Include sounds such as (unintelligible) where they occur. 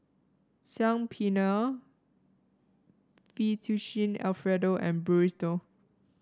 Saag Paneer Fettuccine Alfredo and (unintelligible)